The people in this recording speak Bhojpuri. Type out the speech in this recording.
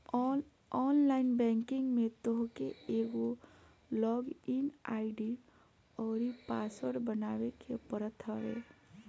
ऑनलाइन बैंकिंग में तोहके एगो लॉग इन आई.डी अउरी पासवर्ड बनावे के पड़त हवे